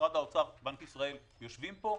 משרד האוצר ובנק ישראל יושבים פה.